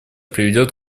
приведет